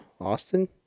Austin